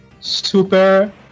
super